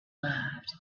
loved